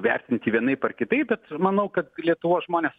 vertinti vienaip ar kitaip bet manau kad lietuvos žmonės